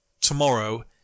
tomorrow